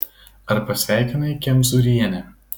ar pasveikinai kemzūrienę